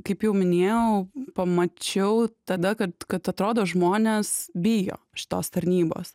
kaip jau minėjau pamačiau tada kad kad atrodo žmonės bijo šitos tarnybos